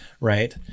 Right